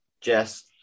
Jess